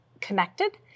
connected